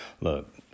Look